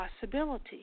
possibility